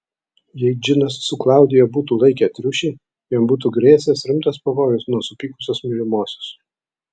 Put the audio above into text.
jei džinas su klaudija būtų laikę triušį jam būtų grėsęs rimtas pavojus nuo supykusios mylimosios